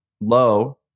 low